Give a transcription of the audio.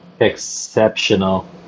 Exceptional